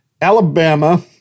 Alabama